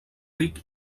ric